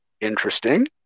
Interesting